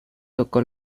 tocó